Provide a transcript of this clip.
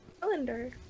calendar